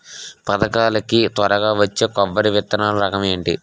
పథకాల కి త్వరగా వచ్చే కొబ్బరి విత్తనాలు రకం ఏంటి?